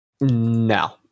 No